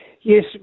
Yes